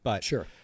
Sure